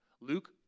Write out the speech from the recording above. Luke